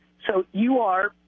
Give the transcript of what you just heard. so you are,